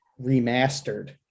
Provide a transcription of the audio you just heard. remastered